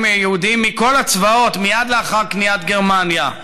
יהודים מכל הצבאות מייד לאחר כניעת גרמניה.